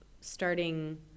starting